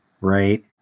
right